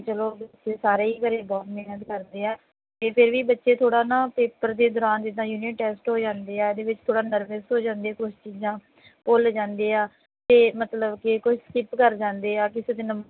ਚਲੋ ਬੱਚੇ ਸਾਰੇ ਹੀ ਘਰ ਬਹੁਤ ਮਿਹਨਤ ਕਰਦੇ ਆ ਅਤੇ ਫਿਰ ਵੀ ਬੱਚੇ ਥੋੜ੍ਹਾ ਨਾ ਪੇਪਰ ਦੇ ਦੌਰਾਨ ਜਿੱਦਾਂ ਯੂਨੀਅਨ ਟੈਸਟ ਹੋ ਜਾਂਦੇ ਆ ਇਹਦੇ ਵਿੱਚ ਥੋੜ੍ਹਾ ਨਰਵਸ ਹੋ ਜਾਂਦੀ ਹੈ ਕੁਝ ਚੀਜ਼ਾਂ ਭੁੱਲ ਜਾਂਦੇ ਆ ਅਤੇ ਮਤਲਬ ਕਿ ਕੋਈ ਸਕਿਪ ਕਰ ਜਾਂਦੇ ਆ ਕਿਸੇ ਦੇ ਨੰਬ